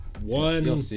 one